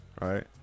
right